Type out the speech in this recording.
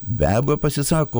be abejo pasisako